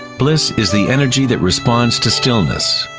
bliss is the energy that responds to stillness.